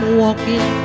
walking